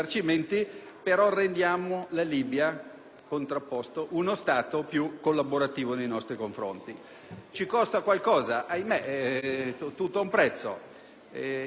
Ci costa qualcosa? Ahimè, tutto ha un prezzo. Il costo dell'operazione, sulla carta, sembra importante: 5 miliardi di dollari.